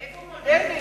איפה מודרניות?